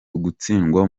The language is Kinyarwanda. ugutsindwa